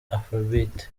afrobeat